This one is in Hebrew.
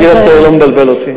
הגיל הצעיר לא מבלבל אותי.